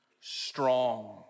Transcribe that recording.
strong